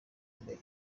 imbere